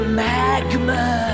magma